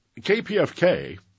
KPFK